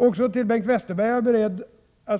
Jag är också beredd att svara Bengt